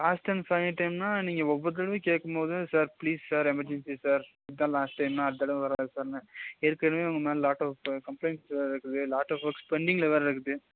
last time final டைம்னால் நீங்கள் ஒவ்வொரு தடவையும் கேட்கும் போது sir please sir emergency sir இதுதான் லாஸ்ட் டைம் அடுத்த தடவை வராது சார் ஏற்கனவே உங்கள் மேலே லாட் ஆஃப்பு கம்ப்ளைன்ட்ஸ் வேற இருக்குது லாட் ஆஃப் ஒர்க்ஸ் பெண்டிங்ல வேற இருக்குது